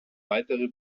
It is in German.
weitere